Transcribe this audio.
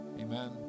Amen